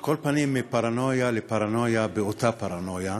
על כל פנים, מפרנויה לפרנויה באותה פרנויה,